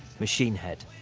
machine head.